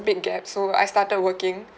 big gap so I started working